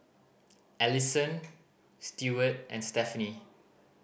Allisson Stewart and Stephanie